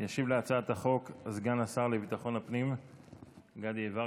ישיב על הצעת החוק סגן השר לביטחון הפנים גדי יברקן,